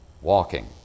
Walking